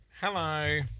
Hello